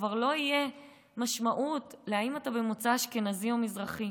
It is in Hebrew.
וכבר לא תהיה משמעות אם אתה ממוצא אשכנזי או מזרחי.